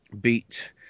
beat